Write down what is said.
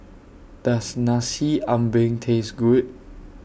Does Nasi Ambeng Taste Good